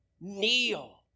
Kneel